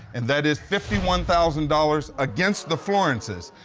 and that is fifty one thousand dollars against the florence's.